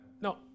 No